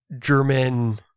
German